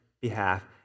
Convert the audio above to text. behalf